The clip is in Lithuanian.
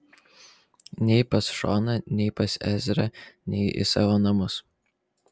nei pas šoną nei pas ezrą nei į savo namus